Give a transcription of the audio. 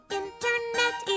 internet